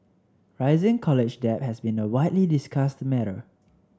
rising college debt has been a widely discussed matter